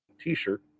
t-shirt